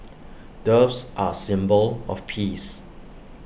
doves are A symbol of peace